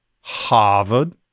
Harvard